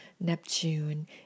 Neptune